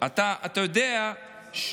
אתה יודע,